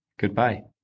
Goodbye